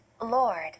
Lord